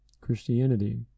Christianity